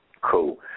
Cool